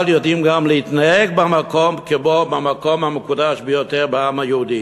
אבל יודעים גם להתנהג במקום כמו במקום המקודש ביותר לעם היהודי.